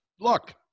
Look